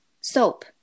soap